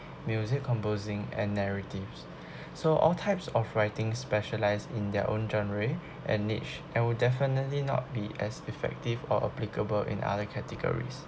music composing and narratives so all types of writing specialised in their own genre and niche I will definitely not be as effective or applicable in other categories